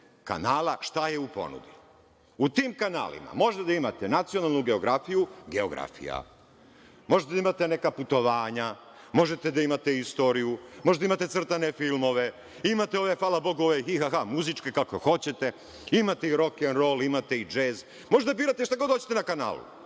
kanala šta je u ponudi. U tim kanalima možete da imate nacionalnu geografiju, možete da imate neka putovanja, možete da imate istoriju, možete da imate crtane filmove. Imate i ove, hvala Bogu, iha-ha muzičke kakve hoćete, imate i rokenrol, imate i džez. Možete da birate šta god hoćete na kanalu,